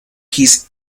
his